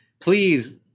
please